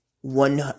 One